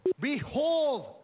Behold